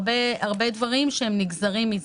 הרבה דברים שהם נגזרים מזה.